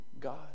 God